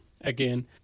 Again